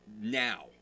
now